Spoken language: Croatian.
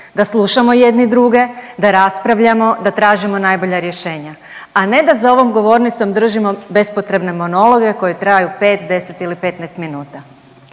da slušamo jedni druge, da raspravljamo, da tražimo najbolja rješenja, a ne da za ovom govornicom držimo bespotrebne monologe koji traju pet, 10 ili 15 minuta.